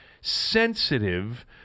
sensitive